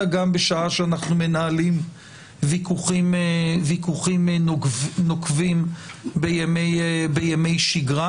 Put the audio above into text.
אלא גם בשעה שאנחנו מנהלים ויכוחים נוקבים בימי שגרה.